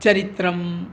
चरित्रम्